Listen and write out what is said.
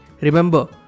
Remember